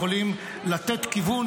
יכולים לתת כיוון,